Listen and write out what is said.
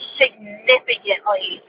significantly